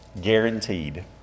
Guaranteed